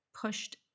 pushed